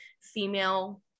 female